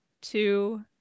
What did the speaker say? two